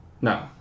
No